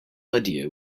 idea